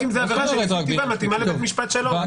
רק אם זה עניין ספציפי ורק אם אחרי --- מתאימה לבית משפט השלום.